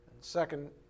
second